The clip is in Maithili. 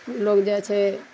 लोग जाइ छै